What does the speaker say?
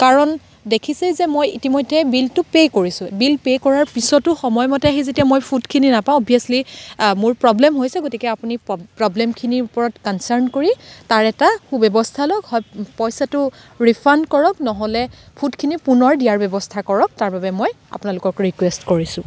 কাৰণ দেখিছে যে মই ইতিমধ্যেই বিলটো পে' কৰিছোঁ বিল পে' কৰাৰ পিছতো সময়মতে আহি যেতিয়া মই ফুডখিনি নাপাওঁ অৱিয়াছলি মোৰ প্ৰব্লেম হৈছে গতিকে আপুনি পব প্ৰ'ব্লেমখিনিৰ ওপৰত কনচাৰ্ণ কৰি তাৰ এটা সু ব্যৱস্থা লওক হয় পইচাটো ৰিফাণ্ড কৰক নহ'লে ফুডখিনি পুনৰ দিয়াৰ ব্যৱস্থা কৰক তাৰ বাবে মই আপোনালোকক ৰিকুৱেষ্ট কৰিছোঁ